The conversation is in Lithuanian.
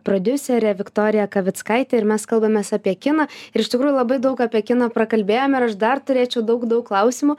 prodiuserė viktorija akavickaitė ir mes kalbamės apie kiną ir iš tikrųjų labai daug apie kiną prakalbėjome ir aš dar turėčiau daug daug klausimų